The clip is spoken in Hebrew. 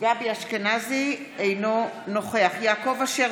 אינו נוכח יעקב אשר,